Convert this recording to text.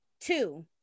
Two